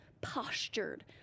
postured